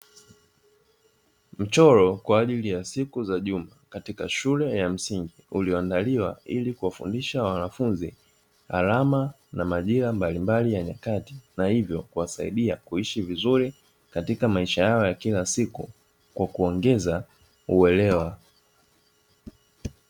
Mchoro kwajili ya siku za juma katika shule ya msingi, ulio andaliwa ili kuwafundisha wanafunzi, alama na majira mbalimbali ya nyakati, na hivyo kuwasaidia kuishi vizuri katika maisha yao ya kila siku kwa kuongeza uelewa.